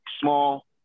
small